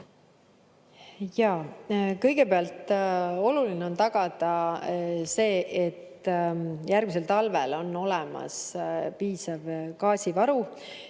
Jaa. Kõigepealt, oluline on tagada see, et järgmisel talvel on olemas piisav gaasivaru